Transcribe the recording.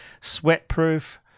sweat-proof